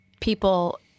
people